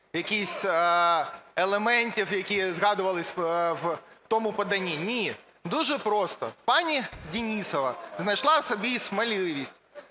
якихось елементів, які згадувались в тому поданні. Ні, дуже просто. Пані Денісова знайшла в собі сміливість